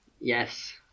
yes